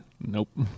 Nope